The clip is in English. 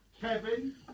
Kevin